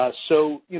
ah so, you